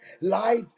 Life